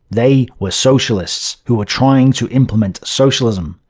they were socialists who were trying to implement socialism.